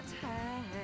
time